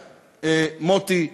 מוטי,